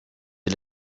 est